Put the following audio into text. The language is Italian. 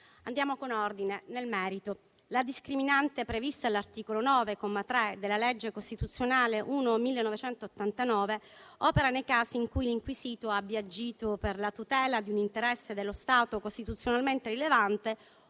Andiamo con ordine: